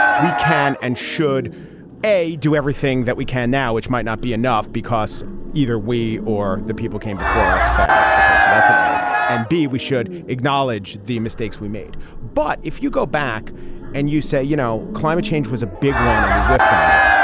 we can and should a do everything that we can now, which might not be enough, because either we or the people came before us failed. okay. so that's an a and b, we should acknowledge the mistakes we made. but if you go back and you say, you know, climate change was a big one and we whiffed on it.